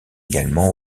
également